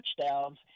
touchdowns